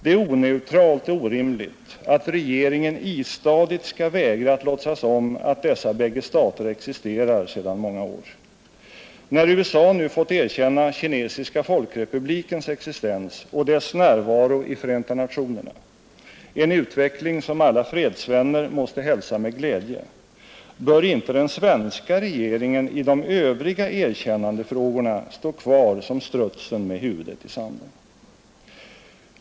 Det är oneutralt och orimligt att regeringen istadigt skall vägra att låtsas om att dessa bägge stater existerar sedan många år. När USA nu fått erkänna Kinesiska folkrepublikens existens och dess närvaro i Förenta nationerna — en utveckling som alla fredsvänner måste hälsa med glädje — bör inte den svenska regeringen i de övriga erkännandefrågorna stå kvar som strutsen med huvudet i sanden.